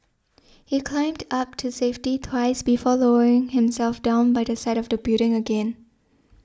he climbed up to safety twice before lowering himself down by the side of the building again